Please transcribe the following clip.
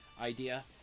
idea